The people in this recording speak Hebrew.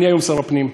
אני היום שר הפנים,